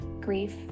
grief